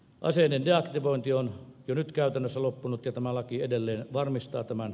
aseiden deaktivointi on jo nyt käytännössä loppunut ja tämä laki edelleen varmistaa tämän